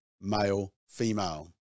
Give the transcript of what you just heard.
male-female